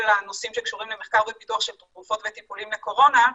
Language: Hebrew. הנושאים שקשורים למחקר ופיתוח של תרופות וטיפולים לקורונה,